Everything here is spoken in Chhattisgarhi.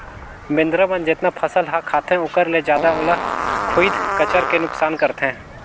बेंदरा मन जेतना फसल ह खाते ओखर ले जादा ओला खुईद कचर के नुकनास करथे